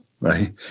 Right